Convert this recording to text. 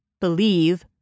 Believe